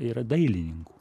yra dailininkų